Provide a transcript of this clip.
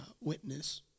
witness